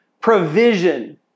provision